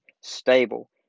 stable